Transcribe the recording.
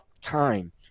time